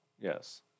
yes